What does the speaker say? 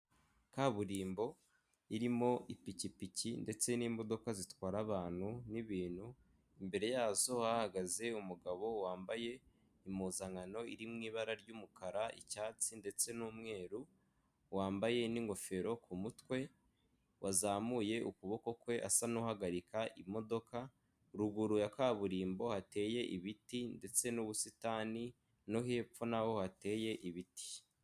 Kaburimbo irimo ipikipiki ndetse n'imodoka zitwara abantu n'ibintu imbere yazo hahagaze umugabo wambaye impuzankano iri mu ibara ry'umukara icyatsi ndetse n'umweru wambaye n'ingofero ku mutwe wazamuye ukuboko kwe asa nk'uhagarika imodoka, ruguru ya kaburimbo hateye ibiti ndetse n'ubusitani no hepfo naho hateye ibiti.